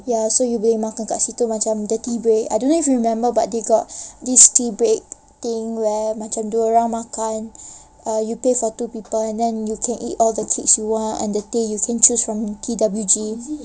ya so you boleh makan kat situ macam tea break I don't know if you remember but they got this tea break thing where macam dia orang makan ah you pay for two people and then you can eat all the treats you want and the tea you can choose from TWG